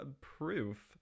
proof